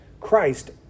Christ